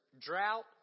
drought